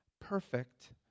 perfect